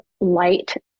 light